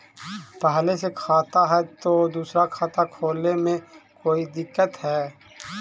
पहले से खाता है तो दूसरा खाता खोले में कोई दिक्कत है?